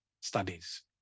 studies